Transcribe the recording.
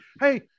hey